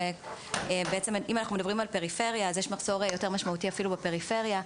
אם מדברים על פריפריה יש מחסור משמעותי יותר בפריפריה.